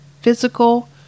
physical